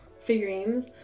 figurines